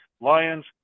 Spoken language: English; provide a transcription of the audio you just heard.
Lions